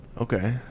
Okay